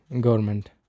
government